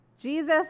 Jesus